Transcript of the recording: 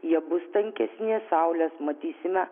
jie bus tankesni saulės matysime